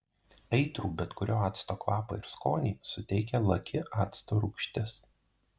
aitrų bet kurio acto kvapą ir skonį suteikia laki acto rūgštis